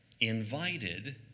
invited